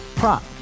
prop